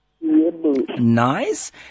Nice